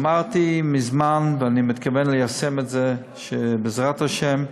אמרתי מזמן, ואני מתכוון ליישם את זה, ובעזרת השם,